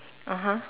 (uh huh)